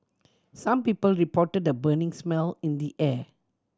some people reported a burning smell in the air